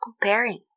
comparing